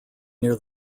near